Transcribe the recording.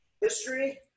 history